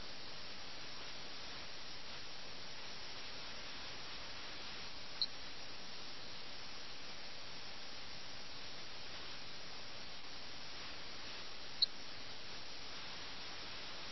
ഭരണാധികാരിക്ക് ആവശ്യമുള്ളപ്പോൾ കുഴപ്പത്തിൽ ആയിരിക്കുമ്പോൾ സൈന്യത്തെ നൽകാൻ അവർ ഭരണാധികാരിയുമായി കരാർ ഉണ്ടാക്കുന്നു അവർ ആ കരാർ ധാർഷ്ട്യത്തോടെ നിരസിക്കുന്നു അതാണ് അവർ അനുഭവിച്ചുകൊണ്ടിരിക്കുന്ന ആസക്തിയുടെ വ്യാപ്തി